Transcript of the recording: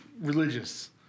religious